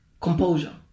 composure